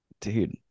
Dude